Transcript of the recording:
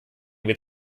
wird